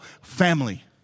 family